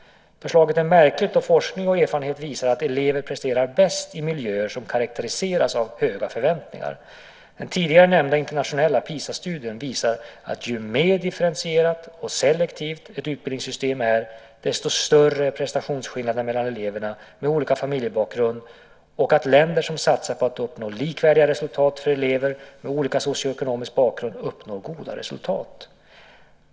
Förslaget är märkligt då forskning och erfarenhet visar att elever presterar bäst i miljöer som karakteriseras av höga förväntningar. Den tidigare nämnda internationella PISA-studien visar att ju mer differentierat och selektivt ett utbildningssystem är, desto större är prestationsskillnaderna mellan elever med olika familjebakgrund och att länder som satsar på att uppnå likvärdiga resultat för elever med olika socioekonomisk bakgrund uppnår goda resultat.